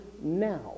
now